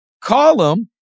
column